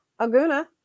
Aguna